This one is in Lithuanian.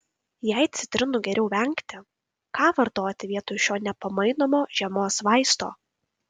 jei citrinų geriau vengti ką vartoti vietoj šio nepamainomo žiemos vaisto